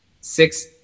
six